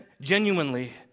genuinely